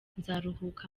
nzaruhuka